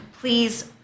Please